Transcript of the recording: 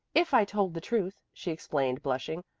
if i told the truth, she explained, blushing.